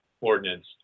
ordinance